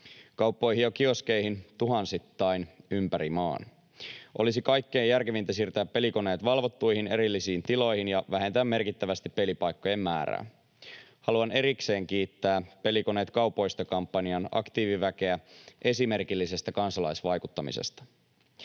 kauppoihin ja kioskeihin, tuhansittain ympäri maan. Olisi kaikkein järkevintä siirtää pelikoneet valvottuihin erillisiin tiloihin ja vähentää merkittävästi pelipaikkojen määrää. Haluan erikseen kiittää Pelikoneet kaupoista ‑kampanjan aktiiviväkeä esimerkillisestä kansalaisvaikuttamisesta.